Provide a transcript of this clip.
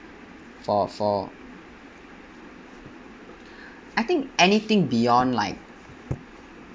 for for I think anything beyond like